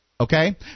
Okay